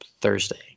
thursday